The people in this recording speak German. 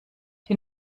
die